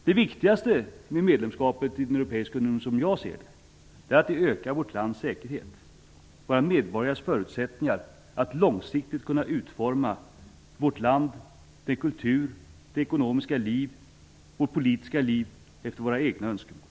Det viktigaste med medlemskapet i den europeiska unionen som jag ser det är att det ökar vårt lands säkerhet och våra medborgares förutsättningar att långsiktigt utforma vårt land, dess kultur, dess ekonomiska och politiska liv efter våra egna önskemål.